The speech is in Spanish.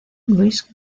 luis